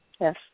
Yes